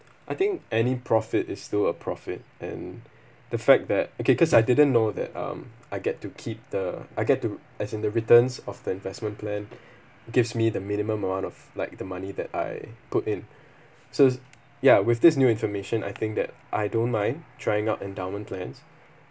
I think any profit is still a profit and the fact that okay cause I didn't know that um I get to keep the I get to as in the returns of the investment plan gives me the minimum amount of like the money that I put in so is ya with this new information I think that I don't mind trying out endowment plans